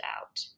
out